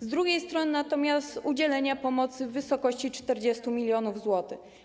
z drugiej strony natomiast - udzielenia pomocy w wysokości 40 mln zł.